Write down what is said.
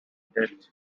dead